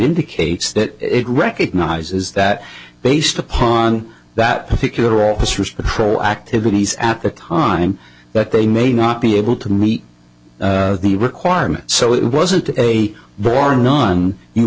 indicates that it recognizes that based upon that particular officers patrol activities at that time that they may not be able to meet the requirements so it wasn't a warrant on you